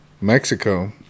Mexico